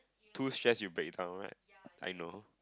too stress you'll break down right I know